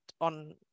on